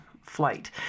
flight